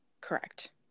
Correct